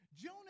Jonah